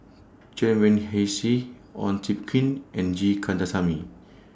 Chen Wen Hsi Ong Tjoe Kim and G Kandasamy